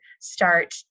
start